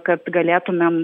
kad galėtumėm